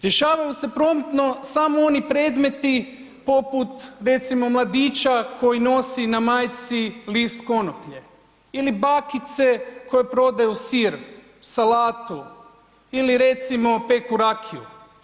Rješavaju se promptno samo oni predmeti poput recimo mladića koji nosi na majci list konoplje ili bakice koje prodaju sir, salatu ili recimo, peku rakiju.